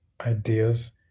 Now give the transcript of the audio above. ideas